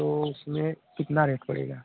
तो उसमें कितना रेट पड़ेगा